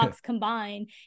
combined